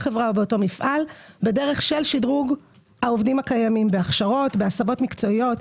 מפעל בדרך של שדרוג העובדים הקיימים בהכשרות ובהסבות מקצועיות.